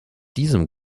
diesem